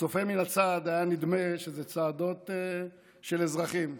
לצופה מן הצד היה נדמה שאלה צעדות של אזרחים.